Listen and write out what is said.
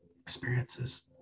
experiences